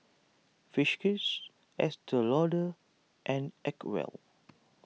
Friskies Estee Lauder and Acwell